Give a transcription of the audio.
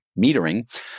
metering